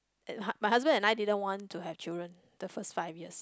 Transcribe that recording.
and my husband and I didn't want to have children the first five years